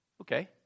Okay